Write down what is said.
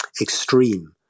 extreme